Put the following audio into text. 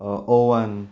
oven